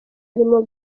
arimo